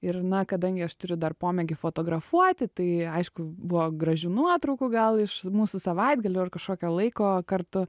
ir na kadangi aš turiu dar pomėgį fotografuoti tai aišku buvo gražių nuotraukų gal iš mūsų savaitgalių ar kažkokio laiko kartu